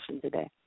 today